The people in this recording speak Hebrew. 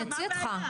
אני אוציא אותך.